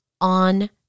on